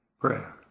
prayer